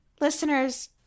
Listeners